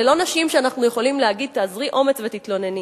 אלה לא נשים שאנחנו יכולים להגיד: תאזרי אומץ ותתלונני.